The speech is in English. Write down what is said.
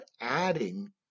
adding